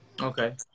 Okay